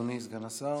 אדוני סגן השר.